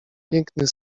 piękny